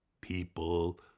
people